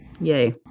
Yay